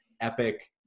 epic